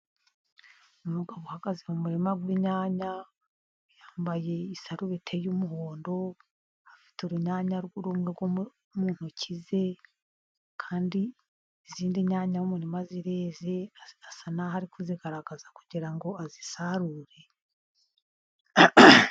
Umugabo uhagaze mu murima w'inyanya yambaye isaruteye umuhondo afite urunyanya rumwe mu ntoki ze kandi izindi nyanya muririma zisa naho zeze kuzigaragaza kugira ngo azisarure.